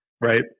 Right